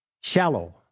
shallow